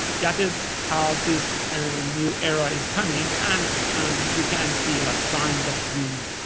that is how this and knew error is coming. and you can see like signs of these,